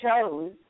chose